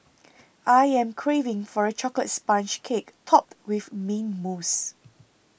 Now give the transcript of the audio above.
I am craving for a Chocolate Sponge Cake Topped with Mint Mousse